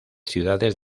ciudades